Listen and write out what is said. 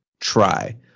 try